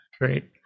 Great